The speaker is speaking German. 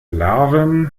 larven